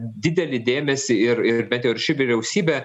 didelį dėmesį ir ir bent jau ir ši vyriausybė